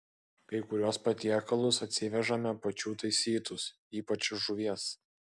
kai kuriuos patiekalus atsivežame pačių taisytus ypač žuvies